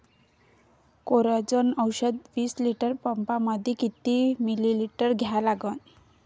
Coragen औषध विस litre पंपामंदी किती मिलीमिटर घ्या लागन?